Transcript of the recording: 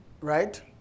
right